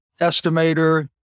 estimator